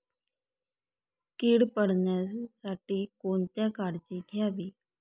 कीड न पडण्यासाठी कोणती काळजी घ्यावी?